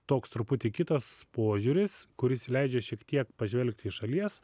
toks truputį kitas požiūris kuris leidžia šiek tiek pažvelgti iš šalies